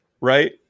right